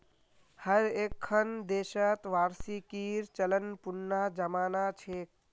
हर एक्खन देशत वार्षिकीर चलन पुनना जमाना छेक